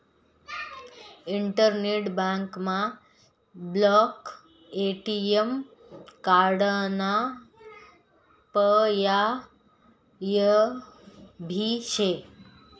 internet बँकमा block ATM कार्डाना पर्याय भी शे